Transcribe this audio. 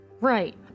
Right